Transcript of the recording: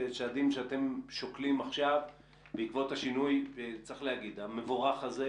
האם יש צעדים שאתם שוקלים עכשיו בעקבות השינוי המבורך הזה